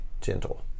Gentle